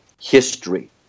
history